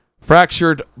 Fractured